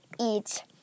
eat